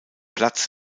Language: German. platz